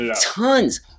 tons